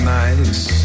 nice